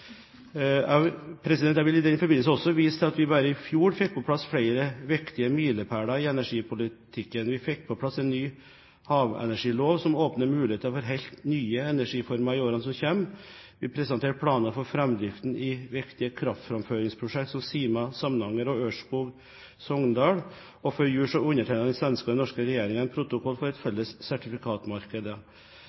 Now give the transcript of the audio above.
Jeg vil i denne forbindelse også vise til at vi bare i fjor fikk på plass flere viktige milepæler i energipolitikken. Vi fikk på plass en ny havenergilov, som åpner muligheter for en helt ny energiform i årene som kommer. Vi presenterte planer for framdriften i viktige kraftframføringsprosjekter som Sima–Samnanger og Ørskog–Sogndal. Før jul undertegnet den svenske og den norske regjering en protokoll for et felles